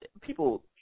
people